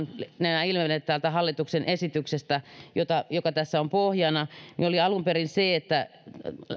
esitysten mukaan nämä ilmenevät täältä hallituksen esityksestä joka joka tässä on pohjana että